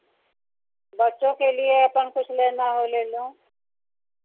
बच्चों के लिए अपन कुछ लेना है ले लो